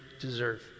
deserve